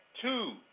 two